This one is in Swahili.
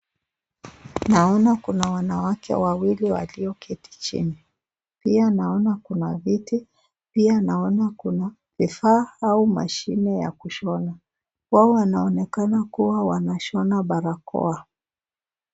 Naona kuna wanawake wawili walioketi chini pia naona kuna viti. Pia naona kuna vifaa au mashine ya kushona. Wao wanaonekana kuwa wanashona barakoa.